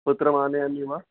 पुत्रमानयामि वा